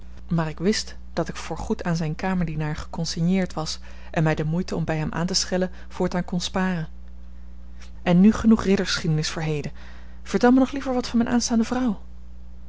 maar ik wist dat ik voor goed aan zijn kamerdienaar geconsigneerd was en mij de moeite om bij hem aan te schellen voortaan kon sparen en nu genoeg riddergeschiedenis voor heden vertel mij nog liever wat van mijne aanstaande vrouw